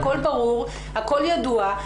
הכול ברור, הכול ידוע.